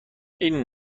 این